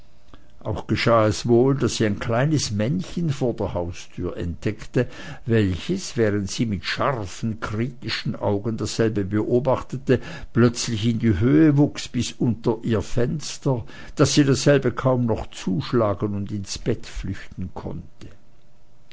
auch geschah es wohl daß sie ein kleines männchen vor der haustür entdeckte welches während sie mit scharfen kritischen augen dasselbe beobachtete plötzlich in die höhe wuchs bis unter ihr fenster daß sie dasselbe kaum noch zuschlagen und sich ins bett flüchten konnte